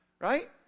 right